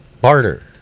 Barter